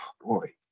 boy